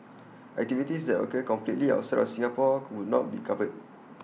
activities that occur completely outside of Singapore would not be covered